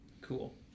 Cool